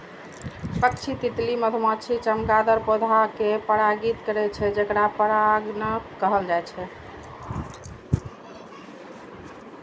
पक्षी, तितली, मधुमाछी, चमगादड़ पौधा कें परागित करै छै, जेकरा परागणक कहल जाइ छै